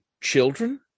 children